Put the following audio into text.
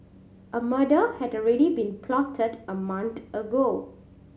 a murder had ready been plotted a mount ago